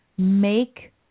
Make